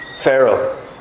Pharaoh